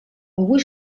avui